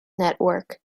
network